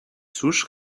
souche